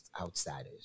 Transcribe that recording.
Outsiders